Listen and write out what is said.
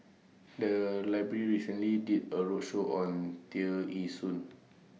The Library recently did A roadshow on Tear Ee Soon